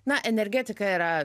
na energetika yra